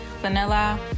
vanilla